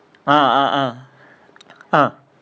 ah ah ah ah